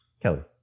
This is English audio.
Kelly